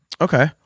Okay